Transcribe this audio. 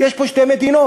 יש פה שתי מדינות,